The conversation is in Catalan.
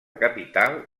capital